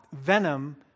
venom